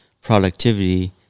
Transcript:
productivity